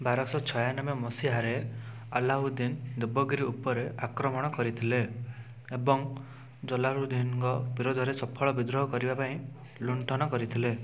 ବାରଶହ ଛୟାନବେ ମସିହାରେ ଆଲ୍ଲାଉଦ୍ଦିନ୍ ଦେବଗିରି ଉପରେ ଆକ୍ରମଣ କରିଥିଲେ ଏବଂ ଜଲାଲୁଦ୍ଦିନଙ୍କ ବିରୁଦ୍ଧରେ ସଫଳ ବିଦ୍ରୋହ କରିବା ପାଇଁ ଲୁଣ୍ଠନ କରିଥିଲେ